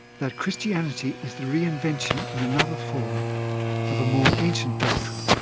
that christianity is the re-invention in another form of a more ancient doctrine,